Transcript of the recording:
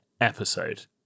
episode